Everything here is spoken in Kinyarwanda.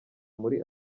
muri